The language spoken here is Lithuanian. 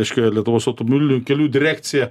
reiškia lietuvos automobilių kelių direkciją